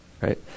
right